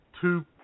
two